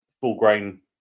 full-grain